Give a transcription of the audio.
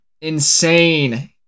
insane